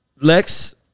Lex